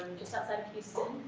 just outside of houston,